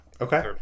Okay